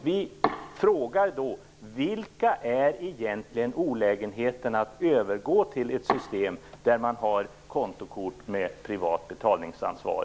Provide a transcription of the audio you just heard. Vi frågar då: Vilka är egentligen olägenheterna med att övergå till ett system där man har kontokort med privat betalningsansvar?